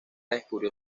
descubrió